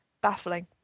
Baffling